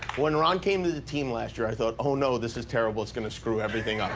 when ron came to the team last year, i thought oh, no, this is terrible, it's going to screw everything up.